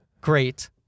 great